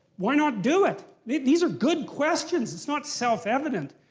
why not do it? these these are good questions, it's not self-evident.